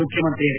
ಮುಖ್ಯಮಂತ್ರಿ ಎಚ್